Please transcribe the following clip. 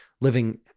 living